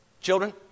Children